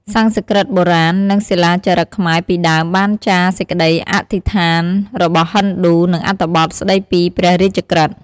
សំស្ក្រឹតបុរាណ និងសិលាចារឹកខ្មែរពីដើមបានចារសេចក្ដីអធិស្ឋានរបស់ហិណ្ឌូ និងអត្ថបទស្ដីពីព្រះរាជក្រឹត្យ។